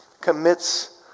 commits